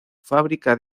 fábrica